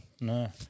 No